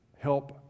Help